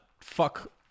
Fuck